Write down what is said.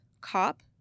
cop